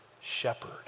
shepherd